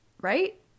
right